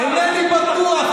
אינני בטוח,